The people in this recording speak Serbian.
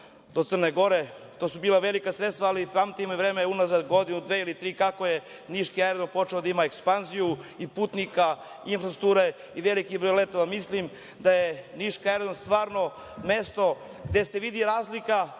do Crne Gore. To su bila velika sredstva. Ali, pamtim vreme unazad godinu, dve i kako je niški aerodrom počeo da ima ekspanziju i putnika i infrastrukture i veliki broj letova. Mislim da je niški aerodrom stvarno mesto gde se vidi razlika